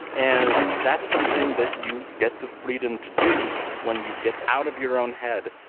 and that's something that you get the freedom to do when you get out of your own head,